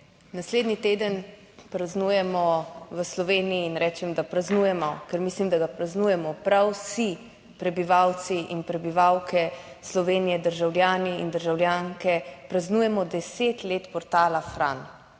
Naslednji teden praznujemo v Sloveniji in rečem, da praznujemo, ker mislim, da ga praznujemo prav vsi prebivalci in prebivalke Slovenije, državljani in državljanke praznujemo deset let portala Fran.